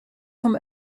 vom